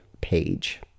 page